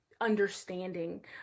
understanding